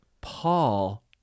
Paul